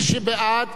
מי שבעד,